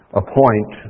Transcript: appoint